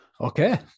Okay